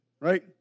Right